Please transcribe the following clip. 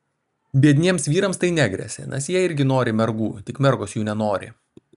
biedniems vyrams tai negresia nes jie irgi nori mergų tik mergos jų nenori